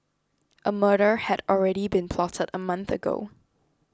a murder had already been plotted a month ago